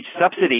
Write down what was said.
subsidy